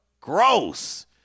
Gross